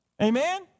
Amen